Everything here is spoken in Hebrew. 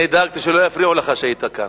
אני דאגתי שלא יפריעו לך כשהיית כאן.